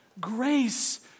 Grace